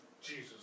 Jesus